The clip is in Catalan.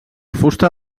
fusta